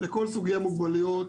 לכל סוגי המוגבלויות